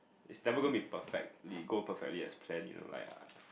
it's never gonna be perfectly go perfectly as planned you know like I